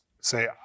say